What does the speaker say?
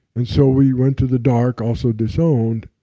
and so we went to the dark, also disowned,